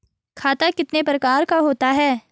खाता कितने प्रकार का होता है?